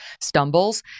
stumbles